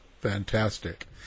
Fantastic